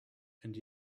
and